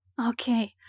Okay